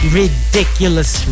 ridiculous